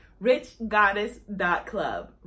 richgoddess.club